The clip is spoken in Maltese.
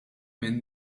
minn